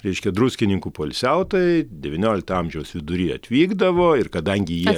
reiškia druskininkų poilsiautojai devyniolikto amžiaus vidury atvykdavo ir kadangi jie